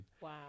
Wow